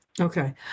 Okay